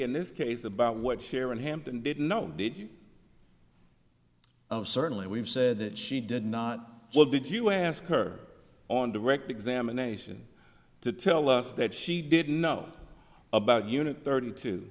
in this case about what sharon hampton didn't know did you have certainly we've said that she did not what did you ask her on direct examination to tell us that she didn't know about unit thirty two